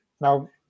Now